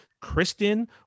Kristen